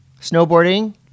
Snowboarding